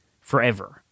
forever